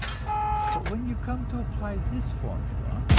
but when you come to apply this formula,